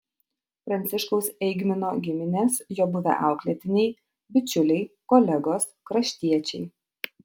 pranciškaus eigmino giminės jo buvę auklėtiniai bičiuliai kolegos kraštiečiai